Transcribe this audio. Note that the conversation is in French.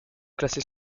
classé